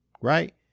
right